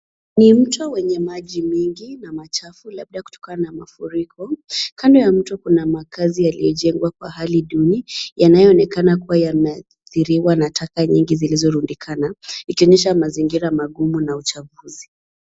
Ni mto wenye maji mengi na machafu labda kutokana na mafuriko. Kando ya mto kuna makaazi yaliyojengwa kwa hali duni yanayoonekana kuwa yameathiriwa na taka nyingi zilzorundikana, ikionyesha mazingira magumu na uchafuzi.